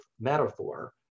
metaphor